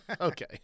Okay